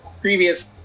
previous